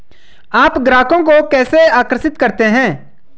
आप ग्राहकों को कैसे आकर्षित करते हैं?